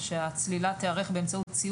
רשום שהצלילה חייבת להיערך על פי